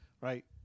right